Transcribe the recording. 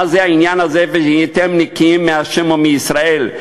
מה זה העניין הזה "והייתם נקִיִם מה' ומישראל"?